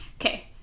okay